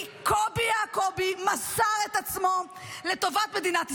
כי קובי יעקובי מסר את עצמו לטובת מדינת ישראל.